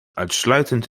uitsluitend